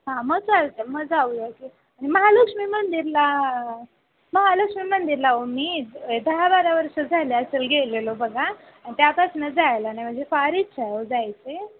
हां मग चालतं आहे मग जाऊया की महालक्ष्मी मंदिराला महालक्ष्मी मंदिराला हो मी दहा बारा वर्षं झाली असेल गेलेलो बघा आणि त्यापासूनच जायला नाही म्हणजे फार इच्छा आहे हो जायची